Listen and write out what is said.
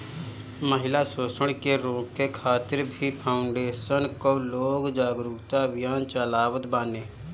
महिला शोषण के रोके खातिर भी फाउंडेशन कअ लोग जागरूकता अभियान चलावत बाने